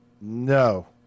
No